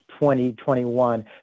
2021